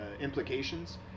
implications